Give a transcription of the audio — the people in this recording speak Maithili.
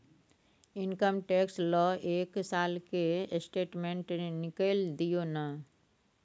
इनकम टैक्स ल एक साल के स्टेटमेंट निकैल दियो न?